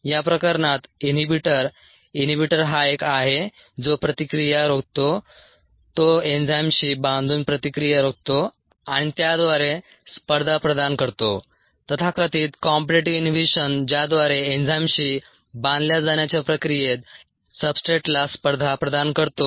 या प्रकरणात inhibitor inhibitor हा एक आहे जो प्रतिक्रिया रोखतो तो एन्झाइमशी बांधून प्रतिक्रिया रोखतो आणि त्याद्वारे स्पर्धा प्रदान करतो तथाकथित कॉम्पीटीटीव्ह इनहिबिशन ज्याद्वारे एन्झाइमशी बांधल्या जाण्याच्या प्रक्रियेत सब्सट्रेटला स्पर्धा प्रदान करतो